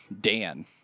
Dan